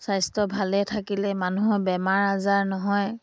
স্বাস্থ্য ভালে থাকিলে মানুহৰ বেমাৰ আজাৰ নহয়